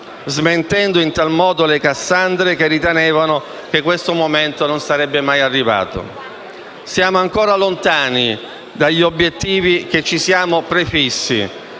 smentendo in tal modo le cassandre che ritenevano che questo momento non sarebbe mai arrivato. Siamo ancora lontani dagli obiettivi che ci siamo prefissi,